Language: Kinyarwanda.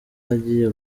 agiye